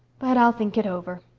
but i'll think it over.